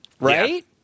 Right